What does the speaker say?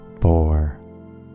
four